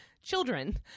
children